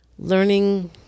Learning